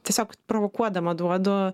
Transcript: tiesiog provokuodama duodu